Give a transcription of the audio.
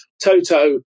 Toto